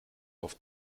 auf